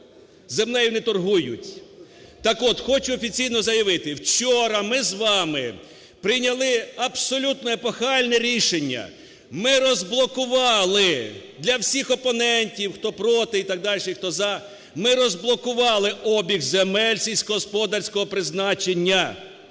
Землею не торгують. Так от, хочу офіційно заявити. Вчора ми з вами прийняли абсолютно епохальне рішення – ми розблокували для всіх опонентів, хто проти і так дальше і хто за, ми розблокували обіг земель сільськогосподарського призначення.